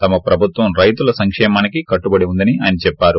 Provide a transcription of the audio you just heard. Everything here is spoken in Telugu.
తమ ప్రభుత్వం రైతుల సంక్షేమానికి కట్టుబడి ఉందని ఆయన చెప్పారు